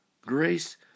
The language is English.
Grace